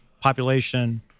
population